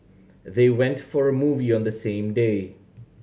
they went for a movie on the same day